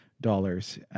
dollars